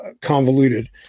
convoluted